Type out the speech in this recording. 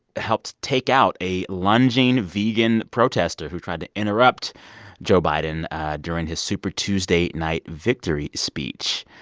helped take out a lunging vegan protester who tried to interrupt joe biden during his super tuesday night victory speech.